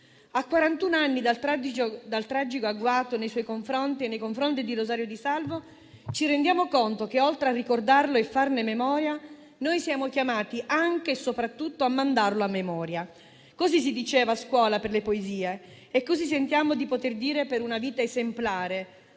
anni dal tragico agguato nei suoi confronti e nei confronti di Rosario Di Salvo, ci rendiamo conto che, oltre a ricordarlo e farne memoria, noi siamo chiamati anche e soprattutto a mandarlo a memoria. Così si diceva a scuola per le poesie e così sentiamo di poter dire per una vita esemplare,